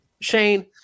Shane